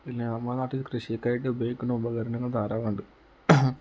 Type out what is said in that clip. പിന്നെ നമ്മുടെ നാട്ടിൽ കൃഷിക്കായിട്ട് ഉപയോഗിക്കുന്ന ഉപകരണങ്ങൾ ധാരാളമുണ്ട്